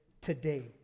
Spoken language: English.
today